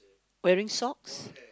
wearing socks